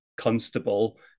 constable